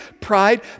pride